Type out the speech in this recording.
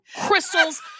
crystals